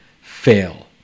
fail